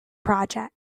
project